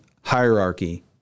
hierarchy –